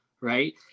right